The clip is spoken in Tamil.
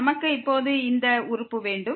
நமக்கு இப்போது இந்த உறுப்பு வேண்டும்